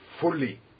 fully